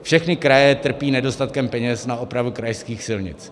Všechny kraje trpí nedostatkem peněz na opravu krajských silnic.